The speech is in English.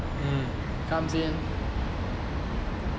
comes in